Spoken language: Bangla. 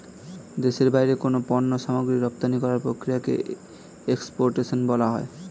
দেশের বাইরে কোনো পণ্য সামগ্রী রপ্তানি করার প্রক্রিয়াকে এক্সপোর্টেশন বলা হয়